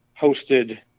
hosted